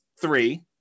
three